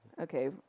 Okay